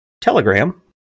Telegram